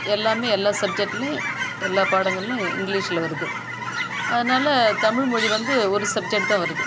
எல்லாமே எல்லா சப்ஜெட்லியும் எல்லா பாடங்களும் இங்கிலீஷில் வருது அதனால் தமிழ் மொழி வந்து ஒரு சப்ஜெட் தான் வருது